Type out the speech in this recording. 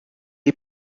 est